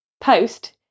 post